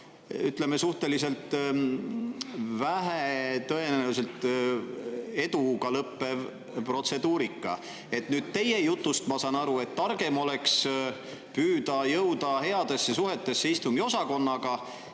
ütleme, suhteliselt vähetõenäoliselt eduga lõppev protseduur. Nüüd ma saan teie jutust aru, et targem oleks püüda jõuda headesse suhetesse istungiosakonnaga.